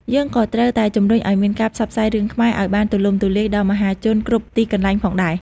យើងក៏ត្រូវតែជំរុញឲ្យមានការផ្សព្វផ្សាយរឿងខ្មែរឲ្យបានទូលំទូលាយដល់មហាជនគ្រប់ទីកន្លែងផងដែរ។